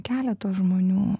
keleto žmonių